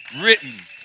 written